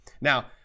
Now